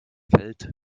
fällt